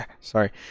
sorry